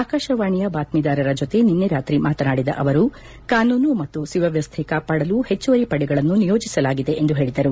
ಆಕಾಶವಾಣಿ ಬಾತ್ಗೀದಾರರ ಜೊತೆ ನಿನ್ನೆ ರಾತ್ರಿ ಮಾತನಾಡಿದ ಅವರು ಕಾನೂನು ಮತ್ತು ಸುವ್ವವಸ್ಥೆ ಕಾಪಾಡಲು ಹೆಚ್ಚುವರಿ ಪಡೆಗಳನ್ನು ನಿಯೋಜಿಸಲಾಗಿದೆ ಎಂದು ಹೇಳಿದರು